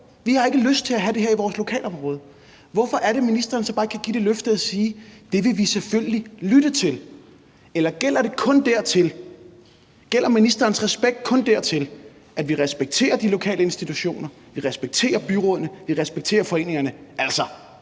vi har ikke lyst til at have det her i vores lokalområde, hvorfor kan ministeren så ikke bare give det løfte og sige, at det vil hun selvfølgelig lytte til? Eller gælder ministerens respekt kun dertil, at vi respekterer de lokale institutioner, vi respekterer byrådene, vi respekterer foreningerne, altså